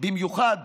במיוחד